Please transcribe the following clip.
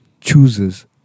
Chooses